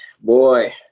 boy